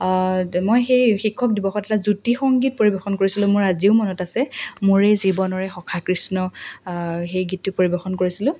মই সেই শিক্ষক দিৱসত এটা জ্যোতি সংগীত পৰিৱেশন কৰিছিলোঁ মোৰ আজিও মনত আছে মোৰেই জীৱনৰে সখা কৃষ্ণ সেই গীতটো পৰিৱেশন কৰিছিলোঁ